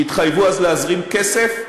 שהתחייבו אז להזרים כסף,